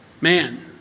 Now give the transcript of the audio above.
Man